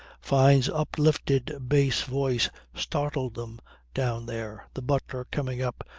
fyne's uplifted bass voice startled them down there, the butler coming up,